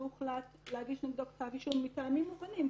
עברו עד שהוחלט להגיש נגדו כתב אישום מטעמים מובנים,